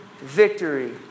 victory